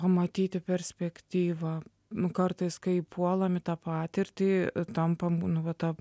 pamatyti perspektyvą nu kartais kai puolam į tą patirtį tampam nu va ta